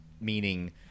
meaning